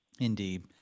Indeed